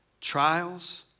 trials